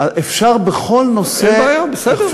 אפשר בכל נושא, אין בעיה, בסדר.